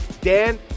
Dan